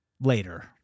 later